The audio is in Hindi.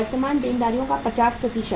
वर्तमान देनदारियों का 50